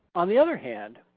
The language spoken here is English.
on the other hand,